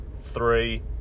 three